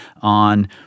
on